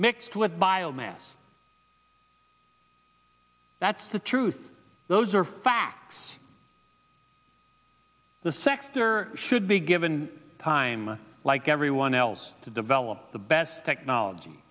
mixed with biomass that's the truth those are facts the sector should be given time like everyone else to develop the best technology